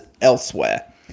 elsewhere